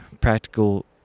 practical